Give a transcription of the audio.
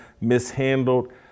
mishandled